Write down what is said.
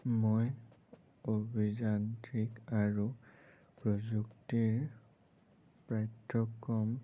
মই অভিযান্ত্ৰিক আৰু প্ৰযুক্তিৰ পাঠ্যক্ৰম